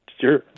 Sure